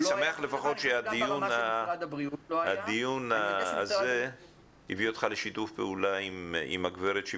אני שמח לפחות שהדיון הזה הביא אותך לשיתוף פעולה עם הגברת.